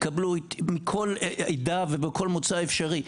התקבלו מכל עדה ומכל מוצא אפשרי.